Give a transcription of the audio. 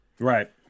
Right